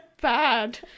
bad